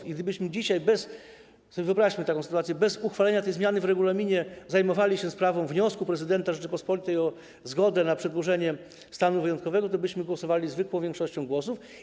I gdybyśmy dzisiaj, wyobraźmy sobie taką sytuację, bez uchwalenia tej zmiany w regulaminie zajmowali się sprawą wniosku prezydenta Rzeczypospolitej o zgodę na przedłużenie stanu wyjątkowego, byśmy głosowali zwykłą większością głosów.